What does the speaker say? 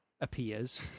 appears